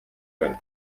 kane